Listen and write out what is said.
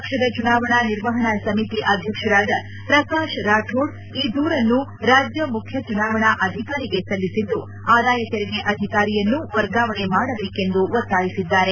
ಪಕ್ಷದ ಚುನಾವಣಾ ನಿರ್ವಹಣಾ ಸಮಿತಿ ಅಧ್ಯಕ್ಷರಾದ ಪ್ರಕಾಶ್ ರಾಥೋಡ್ ಈ ದೂರನ್ನು ರಾಜ್ಯ ಮುಖ್ಯ ಚುನಾವಣಾ ಅಧಿಕಾರಿಗೆ ಸಲ್ಲಿಸಿದ್ದು ಆದಾಯ ತೆರಿಗೆ ಅಧಿಕಾರಿಯನ್ನು ವರ್ಗಾವಣೆ ಮಾಡಬೇಕೆಂದು ಒತ್ತಾಯಿಸಿದ್ದಾರೆ